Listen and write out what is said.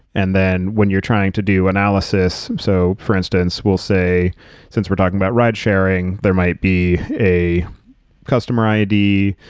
and then when you're trying to do analysis, so for instance we'll say since we're talking about ridesharing, there might be a customer i ah d.